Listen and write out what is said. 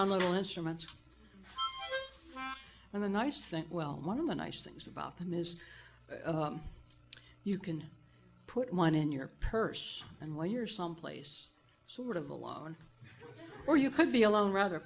the instruments and the nice thing well one of the nice things about them is you can put money in your purse and while you're someplace sort of alone or you could be alone rather